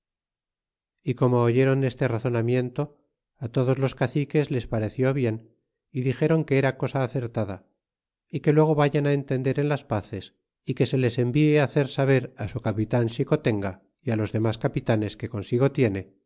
y como oyeron este razonamiento todos los caciques les pareció bien y dixéron que era cosa acertada y que luego vayan entender en las paces y que se le envie hacer saber su capitan xicotenga y los demas capitanes que consigo tiene